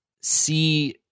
see